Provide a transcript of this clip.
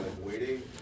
waiting